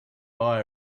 buy